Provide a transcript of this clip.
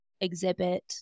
exhibit